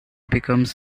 becomes